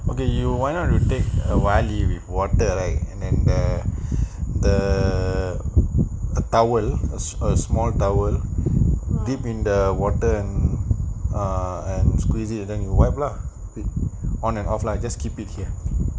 okay why not you take a wild leaf with water right and then the the the towel a a small towel dip in the water and uh and squeeze it then wipe lah on and off lah just keep it here